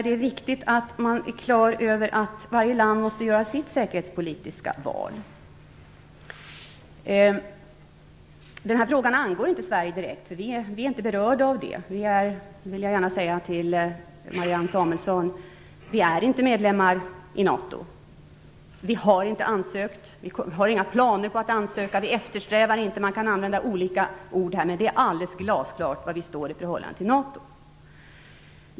Det är viktigt att man är klar över att varje land måste göra sitt eget säkerhetspolitiska val. Den här frågan angår inte direkt Sverige. Vi är indirekt berörda av den. Vi är inte - och det vill jag gärna säga till Marianne Samuelsson - medlemmar i NATO. Vi har inte ansökt, vi har inga planer på att ansöka och vi eftersträvar det inte. Man kan använda olika uttryck, men det är glasklart var vi står i förhållande till NATO.